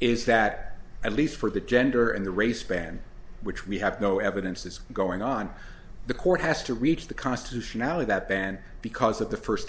is that at least for the gender and the race ban which we have no evidence is going on the court has to reach the constitutionality that ban because of the first